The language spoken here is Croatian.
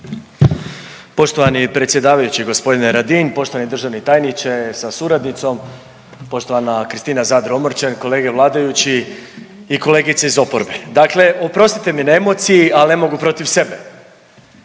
Poštovani predsjedavajući gospodine Radin, poštovani državni tajniče sa suradnicom, poštovana Kristina Zadro Omrčen, kolege vladajući i kolegice iz oporbe, dakle oprostite mi na emociji ali ne mogu protiv sebe.